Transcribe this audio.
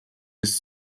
bis